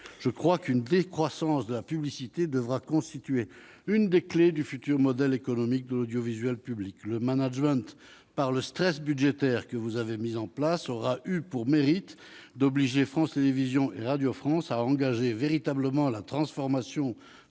moi, une décroissance de la publicité devra constituer une des clés du futur modèle économique de l'audiovisuel public. Le management par le stress budgétaire que vous avez mis en place, monsieur le ministre, aura eu pour mérite d'obliger France Télévisions et Radio France à engager véritablement la transformation de leur